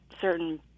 certain